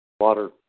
Water